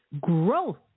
growth